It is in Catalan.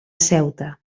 ceuta